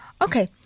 Okay